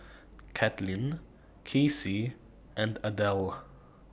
Caitlin Kacy and Adele